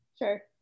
sure